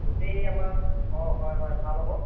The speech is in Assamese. গোটেই আমাৰ অঁ হয় হয় ভাল হ'ব